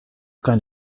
kind